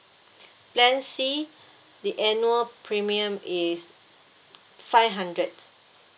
plan C the annual premium is five hundred